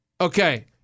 Okay